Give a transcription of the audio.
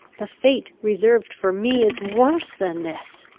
the fate reserved for me is worse than this!